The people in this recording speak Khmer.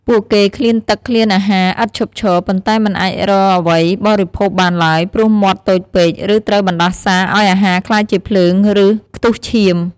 ពួកគេឃ្លានទឹកឃ្លានអាហារឥតឈប់ឈរ ប៉ុន្តែមិនអាចរកអ្វីបរិភោគបានឡើយ ព្រោះមាត់តូចពេក ឬត្រូវបណ្តាសាឲ្យអាហារក្លាយជាភ្លើង ឬខ្ទុះឈាម។